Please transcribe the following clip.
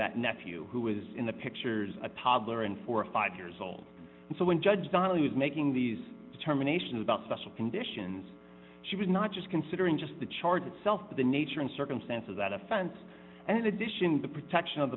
that nephew who was in the pictures a toddler and four or five years old and so when judge donnelly was making these determinations about special conditions she was not just considering just the charge itself but the nature and circumstance of that offense and in addition the protection of